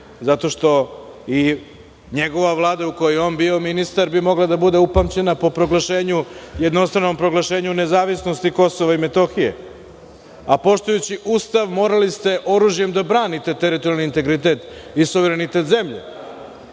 zato što i njegova Vlada u kojoj je on bio ministar bi mogla da bude upamćena po proglašenju, jednostranom proglašenju nezavisnosti Kosova i Metohije. Poštujući Ustav morali ste oružjem da branite teritorijalni integritet i suverenitet zemlje.